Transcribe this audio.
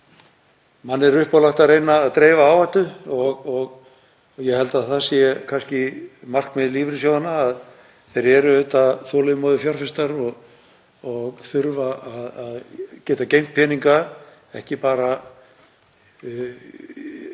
Manni er uppálagt að reyna að dreifa áhættu og ég held að það sé kannski markmið lífeyrissjóðanna. Þeir eru auðvitað þolinmóðir fjárfestar og þurfa að geta geymt peninga, ekki bara í